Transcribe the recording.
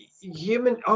human